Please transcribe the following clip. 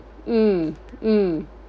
mm mm